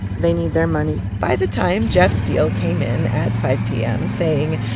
they need their money by the time jeff's deal came in at five p m. saying,